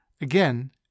Again